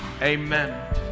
Amen